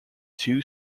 two